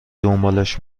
دنبالش